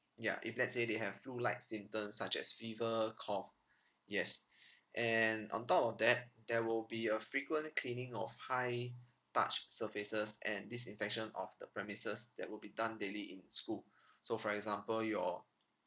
ya if let's say they have few light symptoms such as fever cough yes and on top of that there will be a frequent cleaning of high touch surfaces and disinfection of the premises that will be done daily in school so for example your